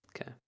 Okay